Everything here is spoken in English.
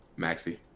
Maxi